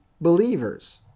believers